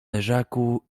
leżaku